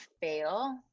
fail